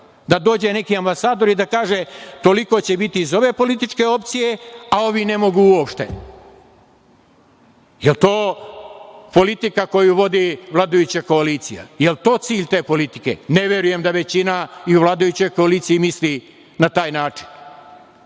Da dođe neki ambasador i da kaže – toliko će biti iz ove političke opcije, a ovi ne mogu uopšte. Da li je to politika koju vodi vladajuća koalicija? Da li je to cilj te politike? Ne verujem da većina u vladajućoj koaliciji misli na taj način,